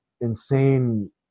insane